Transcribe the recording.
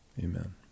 Amen